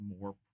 more